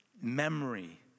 Memory